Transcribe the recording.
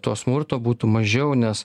to smurto būtų mažiau nes